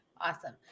Awesome